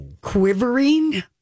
Quivering